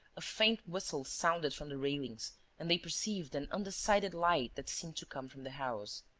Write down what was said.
a faint whistle sounded from the railings and they perceived an undecided light that seemed to come from the house.